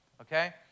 okay